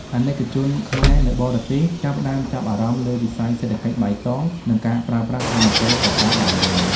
អាណិកជនខ្មែរ នៅបរទេសចាប់ផ្ដើមចាប់អារម្មណ៍លើវិស័យ "សេដ្ឋកិច្ចបៃតង" និងការប្រើប្រាស់ថាមពលកកើតឡើងវិញ។